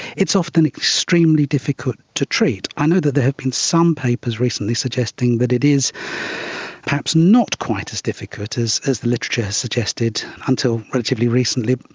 it's often extremely difficult to treat. i know that there have been some papers recently suggesting that it is perhaps not quite as difficult as the literature has suggested until relatively recently,